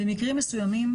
במקרים מסוימים,